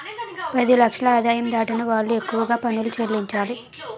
పది లక్షల ఆదాయం దాటిన వాళ్లు ఎక్కువగా పనులు చెల్లించాలి